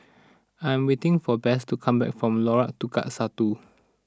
I am waiting for Bess to come back from Lorong Tukang Satu